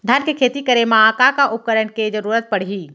धान के खेती करे मा का का उपकरण के जरूरत पड़हि?